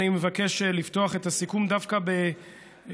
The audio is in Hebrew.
אני מבקש לפתוח את הסיכום דווקא בתשבחות,